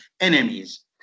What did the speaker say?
enemies